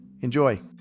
enjoy